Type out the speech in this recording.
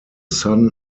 son